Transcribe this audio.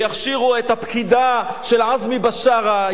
ויכשירו את הפקידה של עזמי בשארה,